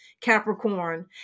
Capricorn